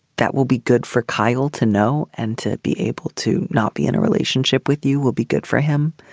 that will be good for kyle to know and to be able to not be in a relationship with you will be good for him.